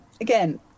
again